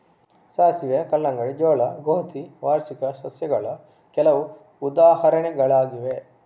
ಸಾಸಿವೆ, ಕಲ್ಲಂಗಡಿ, ಜೋಳ, ಗೋಧಿ ವಾರ್ಷಿಕ ಸಸ್ಯಗಳ ಕೆಲವು ಉದಾಹರಣೆಗಳಾಗಿವೆ